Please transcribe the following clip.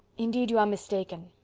indeed you are mistaken.